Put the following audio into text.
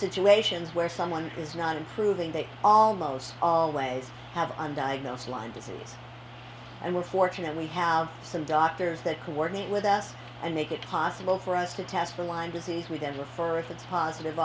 situations where someone is not improving they almost always have undiagnosed line disease and we're fortunate we have some doctors that coordinate with us and make it possible for us to test for lyme disease with them before if it's positive